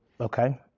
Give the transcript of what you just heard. Okay